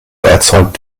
erzeugt